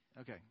Okay